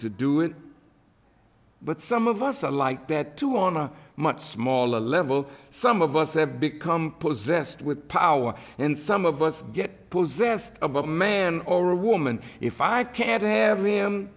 to do it but some of us are like that too on a much smaller level some of us have become possessed with power and some of us get possessed of a man or a woman if i can't have them